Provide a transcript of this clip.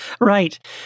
Right